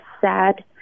sad